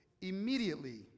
Immediately